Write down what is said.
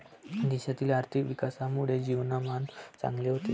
देशातील आर्थिक विकासामुळे जीवनमान चांगले होते